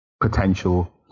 potential